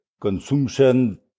consumption